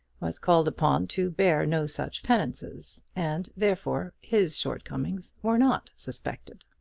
was called upon to bear no such penances, and, therefore, his shortcomings were not suspected.